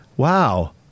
wow